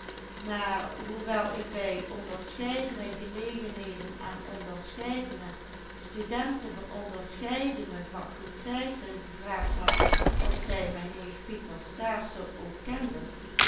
faculteiten gevraagd had of zij mijn neef pieter stastok ook kenden